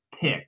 pick